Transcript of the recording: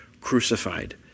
crucified